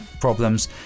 Problems